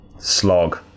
Slog